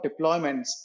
deployments